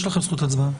יש לך זכות הצבעה.